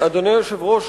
אדוני היושב-ראש,